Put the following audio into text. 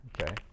Okay